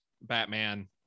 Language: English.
Batman